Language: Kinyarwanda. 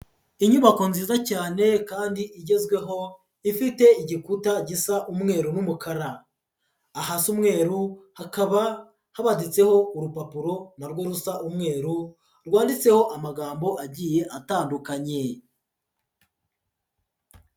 Inyubako nziza cyane kandi igezweho, ifite igikuta gisa umweru n'umukara. Ahasa umweru hakaba habaditseho urupapuro na rwo rusa umweru, rwanditseho amagambo agiye atandukanye.